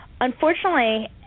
unfortunately